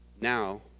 Now